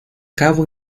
cabo